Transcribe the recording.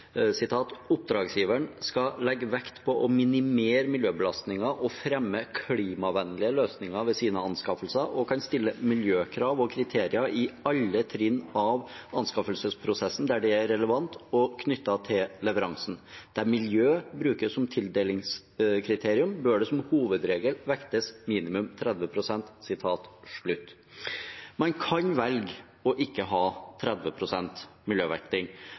skal legge vekt på å minimere miljøbelastningen og fremme klimavennlige løsninger ved sine anskaffelser og kan stille miljøkrav og kriterier i alle trinn av anskaffelsesprosessen der det er relevant og knyttet til leveransen. Der miljø brukes som tildelingskriterium, bør det som hovedregel vektes minimum 30 prosent.» Man kan velge ikke å ha 30 pst. miljøvekting,